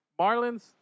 Marlins